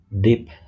deep